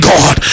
God